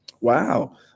Wow